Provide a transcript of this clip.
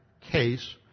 case